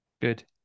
Good